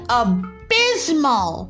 abysmal